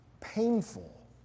painful